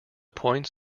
points